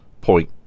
point